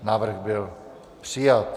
Návrh byl přijat.